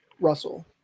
russell